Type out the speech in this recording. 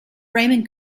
raymond